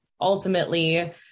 ultimately